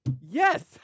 yes